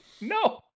No